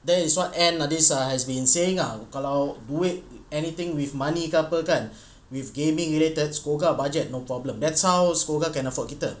that is what N nadesan has been saying ah kalau duit anything with money ke apa kan with gaming related SCOGA budget no problem that sounds SCOGA can afford kita